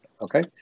Okay